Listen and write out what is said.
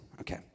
Okay